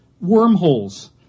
wormholes